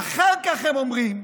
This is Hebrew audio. אחר כך הם אומרים: